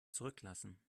zurücklassen